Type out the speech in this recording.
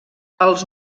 els